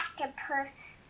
octopus